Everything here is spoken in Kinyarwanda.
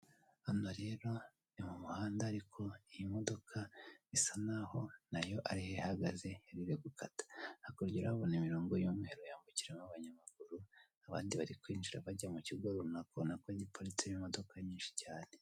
Hano rero ni mumuhanda ariko imodoka bisa nkaho nayo ariho ihagaze irimo gukata, hakurya urahabona imirongo y'umweru yambukiramo abanyamaguru abandi bari kwinjira bajya mukigo runaka ubona ko giparitsemo imodoka nyinshi cyane.